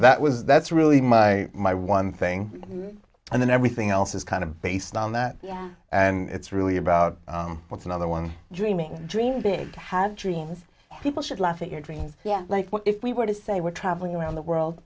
that was that's really my my one thing and then everything else is kind of based on that yeah and it's really about what's another one dreaming dream big have dreams people should laugh at your dreams yeah like what if we were to say we're traveling around the world